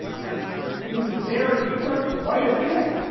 and you can even vary the clerk quite a bit,